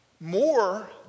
More